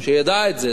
שידע את זה,